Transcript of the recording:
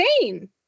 insane